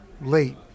late